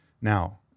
Now